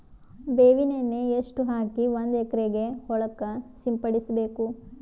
ಬೇವಿನ ಎಣ್ಣೆ ಎಷ್ಟು ಹಾಕಿ ಒಂದ ಎಕರೆಗೆ ಹೊಳಕ್ಕ ಸಿಂಪಡಸಬೇಕು?